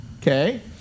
okay